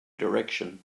direction